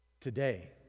Today